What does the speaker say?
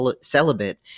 celibate